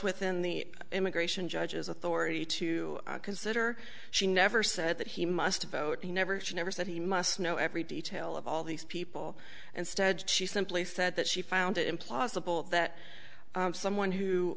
within the immigration judges authority to consider she never said that he must vote he never she never said he must know every detail of all these people and studied she simply said that she found it implausible that someone who